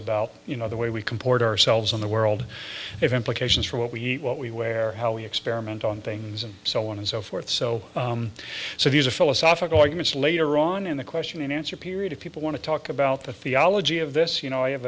about you know the way we comport ourselves in the world if implications for what we eat what we wear how we experiment on things and so on and so forth so so these are philosophical arguments later on in the question and answer period if people want to talk about the theology of this you know i have